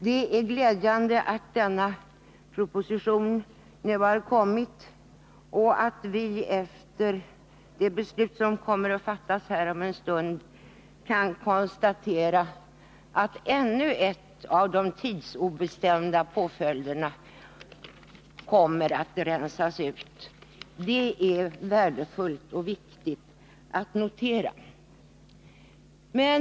Det är glädjande att denna proposition nu har kommit och att vi efter det beslut som kommer att fattas här om en stund kan konstatera att ännu en av de tidsobestämda påföljderna har rensats ut. Det är värdefullt och viktigt att notera detta.